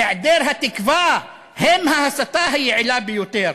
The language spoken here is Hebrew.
היעדר התקווה הם ההסתה היעילה ביותר.